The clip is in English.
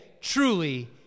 truly